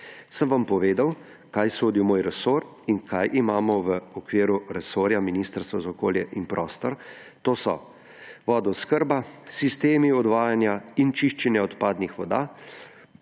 Sem vam povedal, kaj sodi v moj resor in kaj imamo v okviru resorja Ministrstva za okolje in prostor. To so vodooskrba, sistemi odvajanja in čiščenja odpadnih voda,